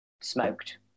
smoked